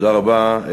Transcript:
תודה רבה.